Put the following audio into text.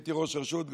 כשהייתי ראש רשות,